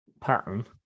pattern